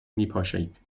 میپاشید